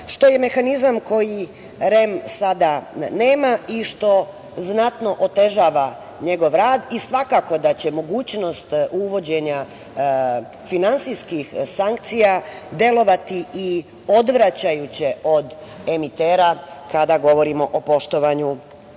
što je mehanizam koji REM sada nema i što znatno otežava njegov rad i svakako da će mogućnost uvođenja finansijskih sankcija delovati i odgovarajuće od emitera, kada govorimo o poštovanju